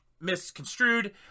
misconstrued